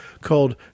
called